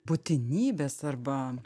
būtinybės arba